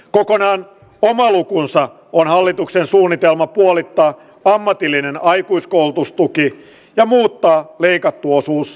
kokonaan ennen kuin se on hallituksen suunnitelma puolittaa ammatillinen aikuiskoulutustuki ja muuttaa leikattu osuus